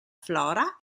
flora